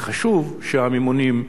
וחשוב שהממונים,